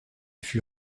fut